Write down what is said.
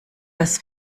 das